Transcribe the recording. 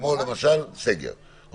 כמו למשל סגר.